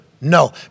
No